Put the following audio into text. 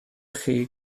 chi